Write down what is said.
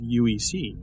UEC